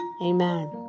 Amen